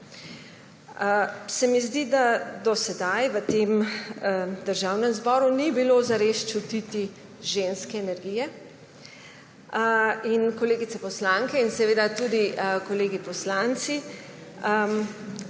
se mi, da do sedaj v Državnem zboru ni bilo zares čutiti ženske energije. Kolegice poslanke in tudi kolegi poslanci,